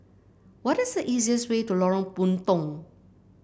what is the easiest way to Lorong Puntong